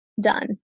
done